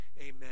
amen